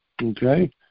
Okay